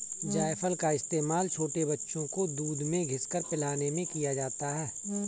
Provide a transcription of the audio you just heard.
जायफल का इस्तेमाल छोटे बच्चों को दूध में घिस कर पिलाने में किया जाता है